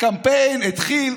הקמפיין התחיל.